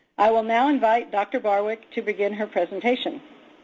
i will now invite dr. barwick to begin her presentation.